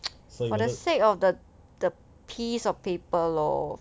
for the sake of the the piece of paper lor